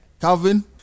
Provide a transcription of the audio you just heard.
Calvin